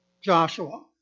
Joshua